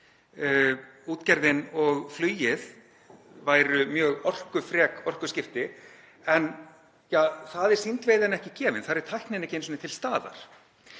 Útgerðin og flugið væru mjög orkufrek orkuskipti, en það er sýnd veiði en ekki gefin. Þar er tæknin ekki einu sinni